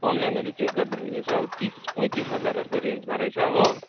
अनलाइनहरू चेक गर्दाखेरि यसो अब तिस पैँतिस हजारहरूको रेन्जमा रहेछ हो